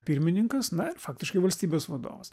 pirmininkas na ir faktiškai valstybės vadovas